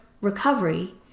recovery